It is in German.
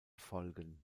folgen